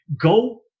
go